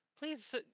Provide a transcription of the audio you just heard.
Please